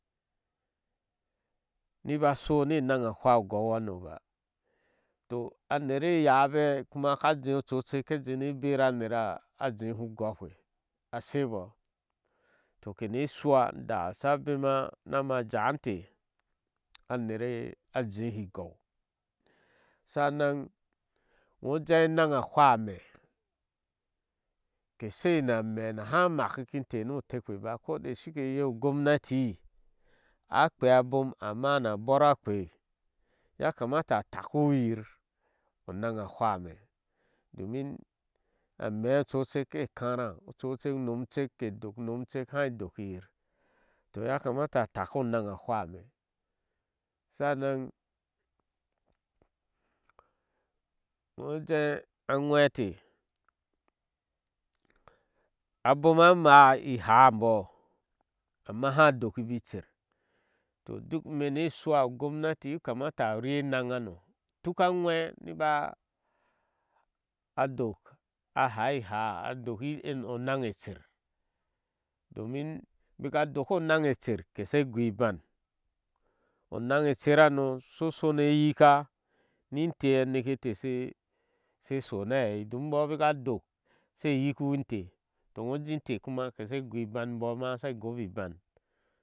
Niba sho ne naga hwa ogoukpe haa toh anere yáá be, kuma kajeeh ocucek a jee ne bere anura jehi ugoukpe ashebo toh kene shna da shama bema na ma jawi intah a nere jehi egou. sanan ŋo jeeh a naŋ a hwaa ame ke sheyi ame a naha maki kinteh ni otekpe ba koda shke iye. u gounati akprea abom amma ana bor a kpei ya kamata a takiwiyir onaŋ a hwaá am. e domin ane ocueke ke kara ocucek unomakdok unmecek kehai dokyirtoh ya kamate atake onaŋ a hwáá ama sama ŋo fɛɛ a nwe teh abom a máá thá emboo ama aha dokibi ker toh duk imeine shna u gouti kamata urir eneŋ hano, utuk aŋwe niba adoe ahaá ihaá na dok onaŋ ecer demin baca dok onaŋ ecer keshe goh inan, onaŋ ecer hano so shoni eyika intech aneka te she sho ni ahei domin imboo bika adk she yikiinteh toh yo jee inteh kuma keshe gui iban mbro ma sha gobibi ibam.